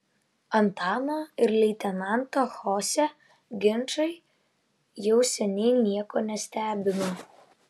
antano ir leitenanto chose ginčai jau seniai nieko nestebino